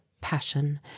passion